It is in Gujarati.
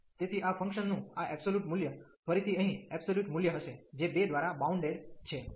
તેથી આ ફંકશન નું આ એબ્સોલ્યુટ મૂલ્ય ફરીથી અહીં એબ્સોલ્યુટ મૂલ્ય હશે જે 2 દ્વારા બાઉન્ડેડ છે